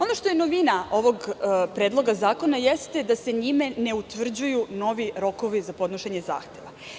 Ono što je novina ovog predloga zakona jeste da se njime ne utvrđuju novi rokovi za podnošenje zahteva.